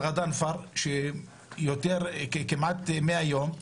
אלרדואן פהר, כמעט 100 יום,